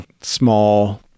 small